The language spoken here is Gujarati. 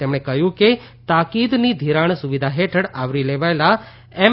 તેમણે કહ્યું કે તાકીદની ઘિરાણ સુવિધા હેઠળ આવરી લેવાયેલા એમ